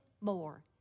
more